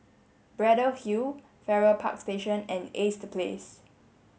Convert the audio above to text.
Braddell Hill Farrer Park Station and Ace The Place